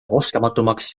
oskamatumaks